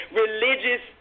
religious